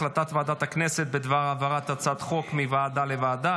החלטת ועדת הכנסת בדבר העברת הצעת חוק מוועדה לוועדה.